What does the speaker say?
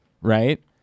right